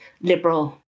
liberal